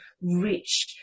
rich